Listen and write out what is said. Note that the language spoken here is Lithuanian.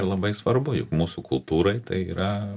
ir labai svarbu mūsų kultūrai tai yra